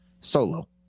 solo